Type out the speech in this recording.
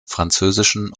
französischen